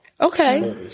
Okay